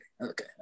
okay